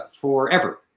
Forever